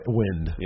wind